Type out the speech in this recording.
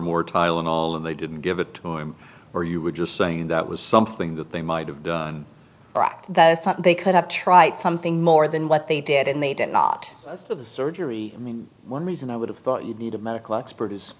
more tylenol and they didn't give it to him or you were just saying that was something that they might have done that they could have trite something more than what they did and they did not do the surgery and one reason i would have thought you'd need a medical expert is